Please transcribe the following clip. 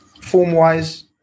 form-wise